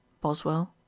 Boswell